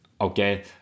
okay